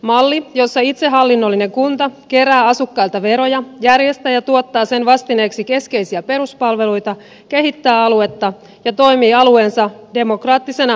malli jossa itsehallinnollinen kunta kerää asukkailta veroja järjestää ja tuottaa sen vastineeksi keskeisiä peruspalveluita kehittää aluetta ja toimii alueensa demokraattisena yhteisönä